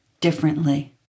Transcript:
differently